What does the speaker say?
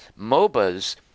mobas